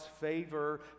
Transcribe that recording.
favor